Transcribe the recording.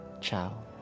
Ciao